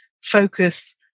focus